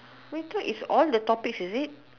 free talk is all the topics is it